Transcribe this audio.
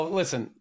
listen